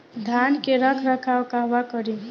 धान के रख रखाव कहवा करी?